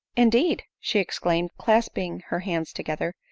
indeed! she exclaimed, clasp ing her hands together,